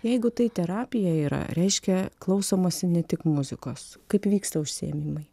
jeigu tai terapija yra reiškia klausomasi ne tik muzikos kaip vyksta užsiėmimai